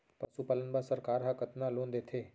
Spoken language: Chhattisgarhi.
पशुपालन बर सरकार ह कतना लोन देथे?